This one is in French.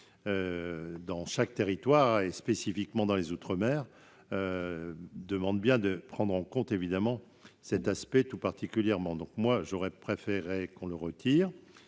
dans chaque territoire et spécifiquement dans les mer demande bien de prendre en compte évidemment cet aspect tout particulièrement donc moi j'aurais préféré qu'on le retire,